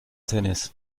tennis